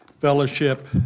fellowship